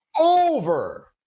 over